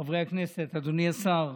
חברי הכנסת, אדוני השר,